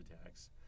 attacks